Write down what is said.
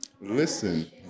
listen